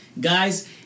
guys